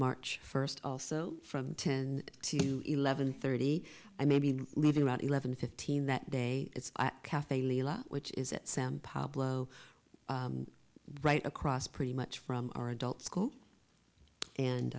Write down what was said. march first also from ten to eleven thirty i may be leaving about eleven fifteen that day cafe lila which is that sam pablo right across pretty much from our adult school